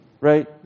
Right